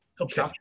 Okay